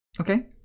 Okay